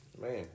man